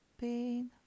pain